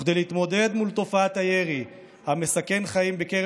כדי להתמודד עם תופעת הירי מסכן החיים בקרב